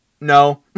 no